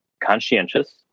conscientious